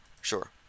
sure